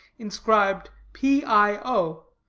inscribed p. i. o,